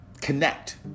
Connect